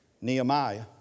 Nehemiah